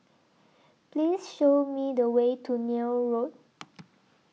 Please Show Me The Way to Neil Road